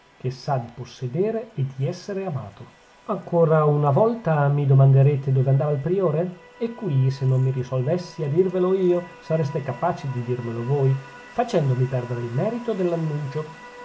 che sa di possedere e di essere amato ancora una volta mi domanderete dove andava il priore e qui se non mi risolvessi a dirvelo io sareste capaci di dirmelo voi facendomi perdere il merito dell'annunzio